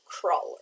crawler